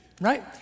right